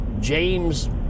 James